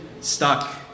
stuck